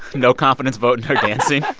no confidence vote in her dancing